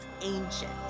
ancient